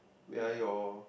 where are your